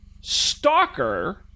stalker